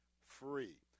free